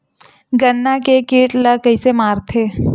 गन्ना के कीट ला कइसे मारथे?